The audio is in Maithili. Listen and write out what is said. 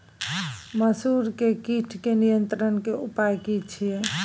मसूर के कीट के नियंत्रण के उपाय की छिये?